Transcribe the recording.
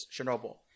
chernobyl